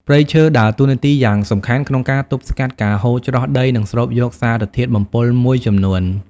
ព្រៃឈើដើរតួនាទីយ៉ាងសំខាន់ក្នុងការទប់ស្កាត់ការហូរច្រោះដី និងស្រូបយកសារធាតុបំពុលមួយចំនួន។